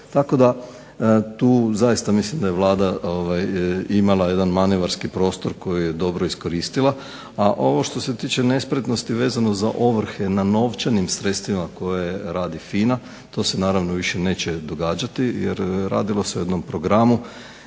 Tako da tu zaista mislim da je Vlada imale jedan manevarski prostor koji je dobro iskoristila. A ovo što se tiče nespretnosti vezano za ovrhe na novčanim sredstvima koje radi FINA to se naravno više neće događati, jer radilo se o jednom programu